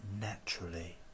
naturally